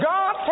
God